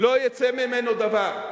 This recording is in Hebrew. לא יצא ממנו דבר.